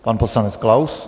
Pan poslanec Klaus.